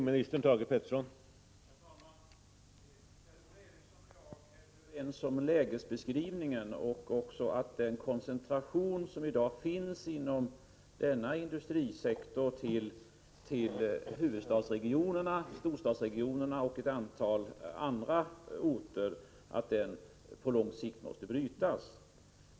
Herr talman! Per-Ola Eriksson och jag är överens om lägesbeskrivningen och om att den koncentration som i dag finns inom denna industrisektor till huvudstadsoch storstadsregionerna och ett antal andra orter på lång sikt måste brytas.